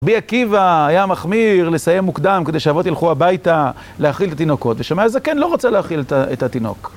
רבי עקיבא היה מחמיר לסיים מוקדם כדי שהאבות ילכו הביתה להאכיל את התינוקות, ושמאי הזקן לא רוצה להאכיל את התינוק.